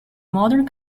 modern